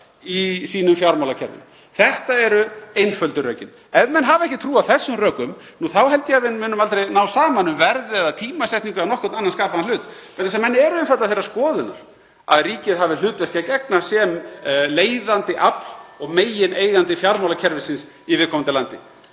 í sínu fjármálakerfi. Þetta eru einföldu rökin. Ef menn hafa ekki trú á þessum rökum þá held ég að við munum aldrei ná saman um verð eða tímasetningu eða nokkurn annan skapaðan hlut vegna þess að menn eru einfaldlega þeirrar skoðunar að ríkið hafi hlutverki að gegna sem (Forseti hringir.) leiðandi afl og megineigandi fjármálakerfisins í viðkomandi landi.